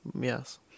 yes